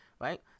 right